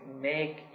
make